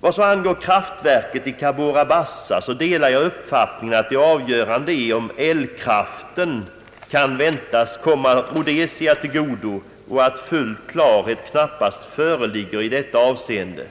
Vad så angår kraftverket i Cabora Bassa delar jag uppfattningen att det avgörande är om elkraften kan väntas komma Rhodesia till godo och att full klarhet knappast föreligger i detta avseende.